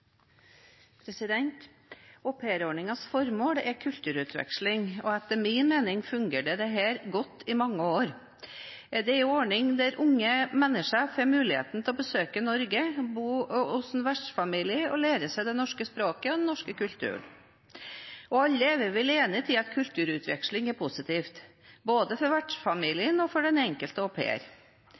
formål er kulturutveksling, og etter min mening fungerte dette godt i mange år. Det er en ordning der unge mennesker får muligheten til å besøke Norge, bo hos en vertsfamilie og lære det norske språket og den norske kulturen å kjenne. Alle er vi vel enige om at kulturutveksling er positivt for både vertsfamilien og den enkelte